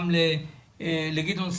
את יכולה להגיד גם לגדעון סער,